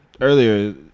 earlier